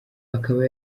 akaba